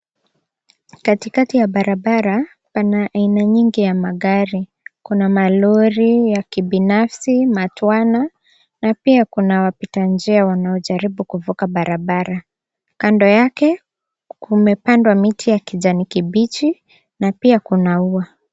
Katikati ya barabara pana aina nyingi ya magari. Kuna malori ya kibinafsi, matwana na pia kuna wapitanjia wanaojaribu kuvuka barabara. Kando yake, kumepandwa miti ya kijani kibichi na pia kuna ua.